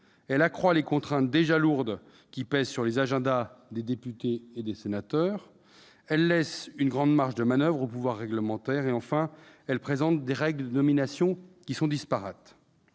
elle accroît les contraintes, déjà lourdes, qui pèsent sur les agendas des députés et des sénateurs ; elle laisse une grande marge de manoeuvre au pouvoir réglementaire ; elle fait coexister des règles de nomination disparates.